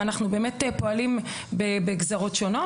ואנחנו באמת פועלים בגזרות שונות.